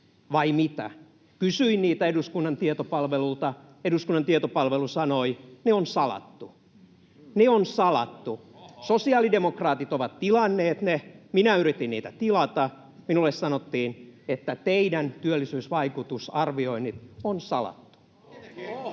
vai mitä? Kysyin niitä eduskunnan tietopalvelulta. Eduskunnan tietopalvelu sanoi: ne on salattu. Ne on salattu. [Oikealta: Ohhoh!] Sosiaalidemokraatit ovat tilanneet ne. Minä yritin niitä tilata. Minulle sanottiin, että teidän työllisyysvaikutusarvioinnit on salattu.